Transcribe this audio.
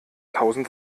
tausend